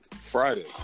Friday